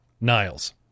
Niles